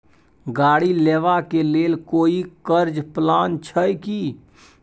गाड़ी लेबा के लेल कोई कर्ज प्लान छै की?